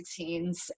16s